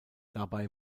dabei